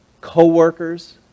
co-workers